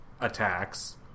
attacks